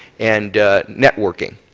and networking.